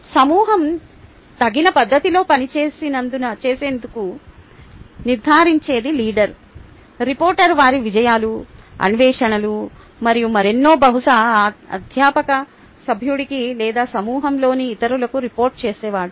సమూహం తగిన పద్ధతిలో పనిచేస్తుందని నిర్ధారించేది లీడర్ రిపోర్టర్ వారి విజయాలు అన్వేషణలు మరియు మరెన్నో బహుశా అధ్యాపక సభ్యుడికి లేదా సమూహంలోని ఇతరులకు రిపోర్ట్ చేసేవాడు